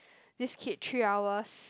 this kid three hours